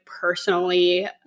personally